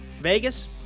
Vegas